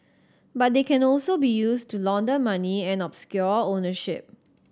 but they can also be used to launder money and obscure ownership